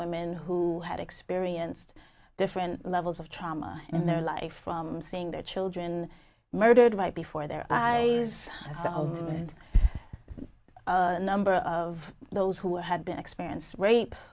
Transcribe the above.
women who had experienced different levels of trauma in their life from seeing their children murdered right before their eyes and a number of those who had been experience rape